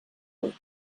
vuit